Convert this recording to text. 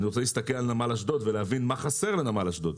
אני רוצה להסתכל על נמל אשדוד ולהבין מה חסר בנמל אשדוד.